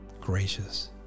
gracious